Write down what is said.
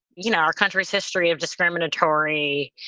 you know, our country's history of discriminatory